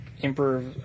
emperor